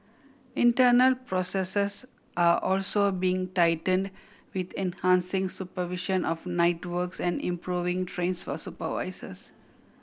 internal processes are also being tightened with enhancing supervision of night works and improving trainings for supervisors